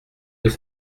deux